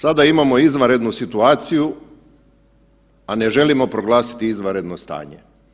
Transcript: Sada imamo izvanrednu situaciju, a ne želimo proglasiti izvanredno stanje.